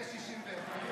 (קוראת בשמות חברי הכנסת)